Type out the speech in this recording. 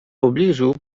pobliżu